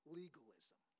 legalism